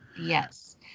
yes